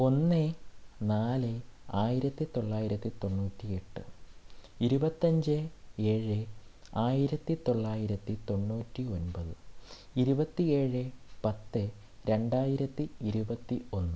ഒന്ന് നാല് ആയിരത്തി തൊള്ളായിരത്തി തൊണ്ണൂറ്റി എട്ട് ഇരുപത്തഞ്ച് ഏഴ് ആയിരത്തി തൊള്ളായിരത്തി തൊണ്ണൂറ്റി ഒൻപത് ഇരുപത്തി ഏഴ് പത്ത് രണ്ടായിരത്തി ഇരുപത്തി ഒന്ന്